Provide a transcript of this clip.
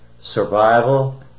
survival